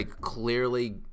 clearly